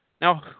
Now